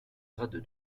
grade